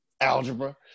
Algebra